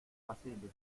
basilio